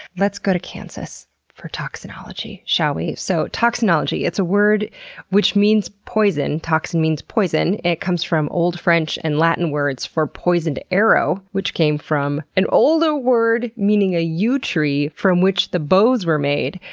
let's go to kansas for toxinology, shall we? so, toxinology, it's a word which means poison, toxin means poison. it comes from old french and latin words for poisoned arrow, which came from an older word meaning a yew tree from which the bows were made.